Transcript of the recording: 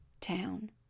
town